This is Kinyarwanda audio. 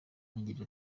agira